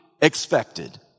expected